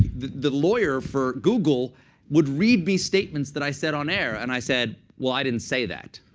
the lawyer for google would read me statements that i said on air. and i said, well, i didn't say that.